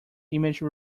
image